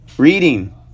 Reading